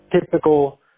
typical